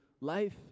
life